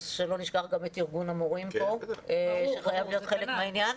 אז שלא נשכח גם את ארגון המורים פה שחייב להיות חלק מהעניין.